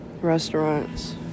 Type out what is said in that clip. Restaurants